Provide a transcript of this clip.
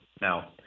Now